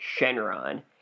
Shenron